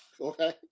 Okay